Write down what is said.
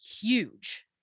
huge